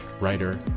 writer